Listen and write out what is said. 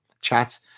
chats